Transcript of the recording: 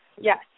Yes